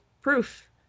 proof